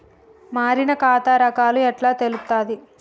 మారిన ఖాతా రకాలు ఎట్లా తెలుత్తది?